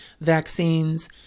vaccines